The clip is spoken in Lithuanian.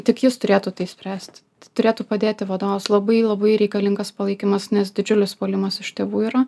tik jis turėtų tai spręsti turėtų padėti vadovas labai labai reikalingas palaikymas nes didžiulis puolimas iš tėvų yra